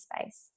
space